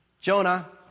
Jonah